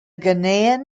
ghanaian